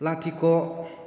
लाथिख'